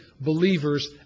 believers